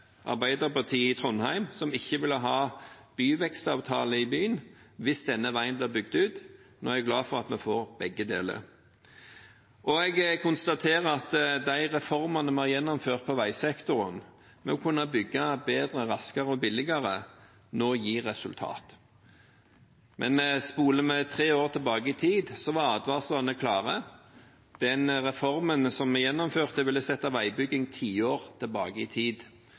Arbeiderpartiet i Trondheim, som ikke ville ha byvekstavtale i byen hvis denne veien ble bygd ut. Nå er jeg glad for at vi får begge deler. Jeg konstaterer at de reformene vi har gjennomført i veisektoren – med å kunne bygge bedre, raskere og billigere – nå gir resultater. Men spoler vi tre år tilbake i tid, var advarslene klare: Den reformen som vi gjennomførte, ville sette veibyggingen tiår tilbake i tid.